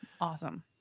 Awesome